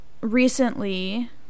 recently